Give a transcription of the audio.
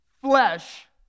flesh